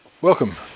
Welcome